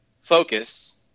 focus